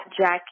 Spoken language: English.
Jackie